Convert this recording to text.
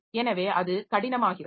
எனவே அது கடினமாகிறது